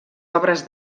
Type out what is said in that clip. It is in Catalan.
obres